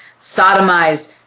sodomized